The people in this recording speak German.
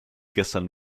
gestern